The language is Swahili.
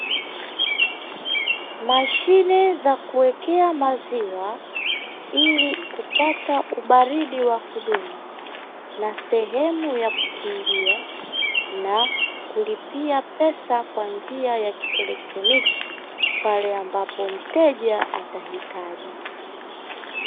Mashine za kuwekea maziwa ili kupata ubaridi wa kudumu na sehemu ya kukingia na kulipia pesa kwa njia ya kieletroniki, pale ambapo mteja atahitaji.